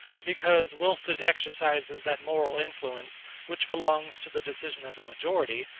because, whilst it exercises that moral influence which belongs to the decision of the majority,